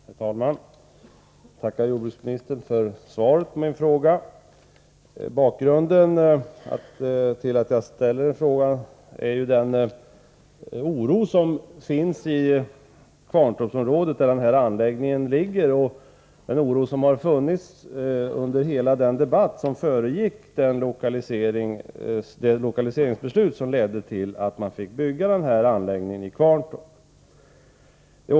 Herr talman! Jag tackar jordbruksministern för svaret på min fråga. Bakgrunden till att jag ställt frågan är den oro som finns i Kvarntorpsområdet, där den här anläggningen ligger, och den oro som har funnits under hela den debatt som föregick det lokaliseringsbeslut som ledde till att man fick bygga den här anläggningen i Kvarntorp.